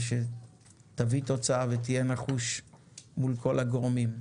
נאחל שתביא תוצאה ותהיה נחוש מול כל הגורמים.